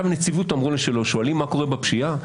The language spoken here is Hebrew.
--- שואלים מה קורה בפשיעה.